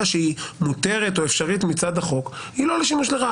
שהיא מותרת או אפשרית מצד החוק - היא לא לשימוש לרעה.